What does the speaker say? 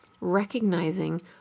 recognizing